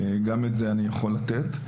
אני יכול לתת גם את זה.